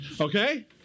Okay